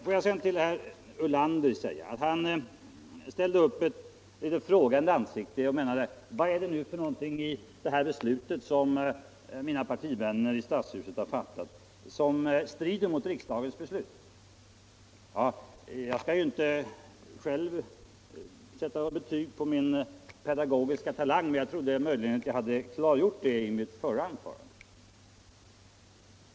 Sedan satte herr Ulander upp ett oförstående ansikte och frågade: Vad är det i det beslut som mina partivänner har fattat som strider mot riksdagens beslut? Ja, jag skall inte själv sätta betyg på min pedagogiska talang, men jag trodde möjligen jag hade klargjort det i mitt förra anförande.